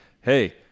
hey